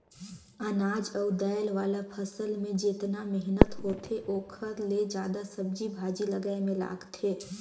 अनाज अउ दायल वाला फसल मे जेतना मेहनत होथे ओखर ले जादा सब्जी भाजी लगाए मे लागथे